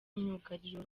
myugariro